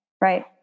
right